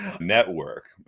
network